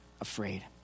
afraid